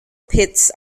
pits